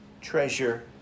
treasure